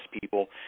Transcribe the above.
people